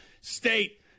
State